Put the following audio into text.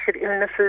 illnesses